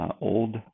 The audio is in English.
old